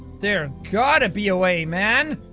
there gotta be way, man!